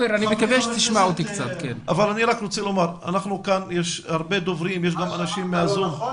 יש כאן הרבה דוברים ויש גם הרבה אנשים ב-זום,